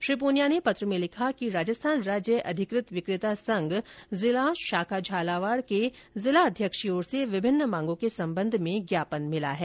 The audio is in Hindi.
श्री पूनिया ने पत्र में लिखा कि राजस्थान राज्य अधिकृत विक्रेता संघ जिला शाखा झालावाड़ के जिला अध्यक्ष की ओर से विभिन्न मांगों के संबंध में ज्ञापन प्राप्त हुआ है